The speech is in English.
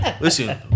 listen